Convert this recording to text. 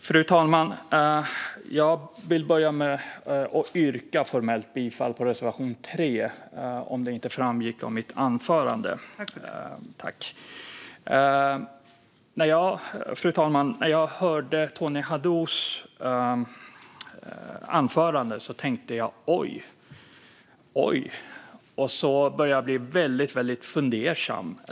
Fru talman! Jag börjar med att yrka bifall till reservation 3 - om det inte framgick av mitt anförande. Fru talman! När jag hörde Tony Haddous anförande tänkte jag oj och blev fundersam.